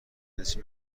جنسی